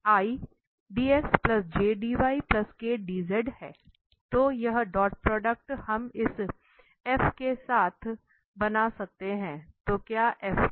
तो यह dot product हम इस के साथ बना सकते हैं तो क्या था